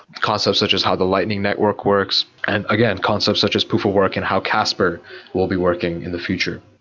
concepts such as how the lightning networks works and again, concepts such as proof of work and how casper will be working in the future.